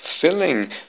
filling